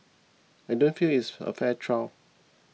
I don't feel it's a fair trial